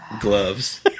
gloves